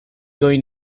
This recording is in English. going